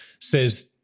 says